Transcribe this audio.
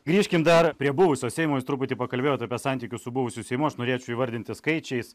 grįžkim dar prie buvusio seimo jūs truputį pakalbėjot apie santykius su buvusiu seimu aš norėčiau įvardinti skaičiais